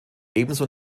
ebenso